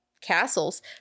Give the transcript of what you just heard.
castles